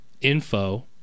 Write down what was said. info